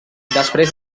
després